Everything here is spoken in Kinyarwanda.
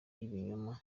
y’ibinyoma